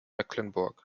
mecklenburg